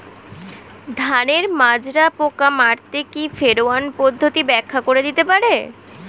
ধানের মাজরা পোকা মারতে কি ফেরোয়ান পদ্ধতি ব্যাখ্যা করে দিতে পারে?